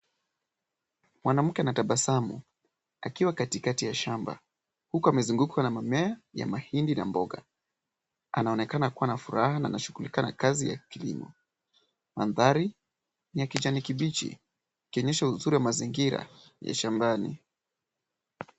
Mwanamke anatabasamu akiwa katikati ya shamba huku amezungukwa na mimea ya mahindi na mboga. Anaonekana kuwa na furaha na anashughulika na kazi ya kilimo. Mandhari ni ya kijani kibichi ikionyesha uzuri wa mazingira ya shambani.